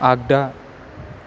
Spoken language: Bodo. आगदा